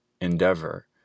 endeavor